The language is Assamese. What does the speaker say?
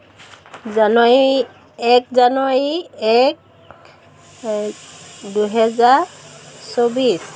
জানুৱাৰী এক জানুৱাৰী এক এই দুহেজাৰ চৌবিছ